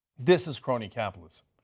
this is crony capitalism,